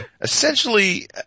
essentially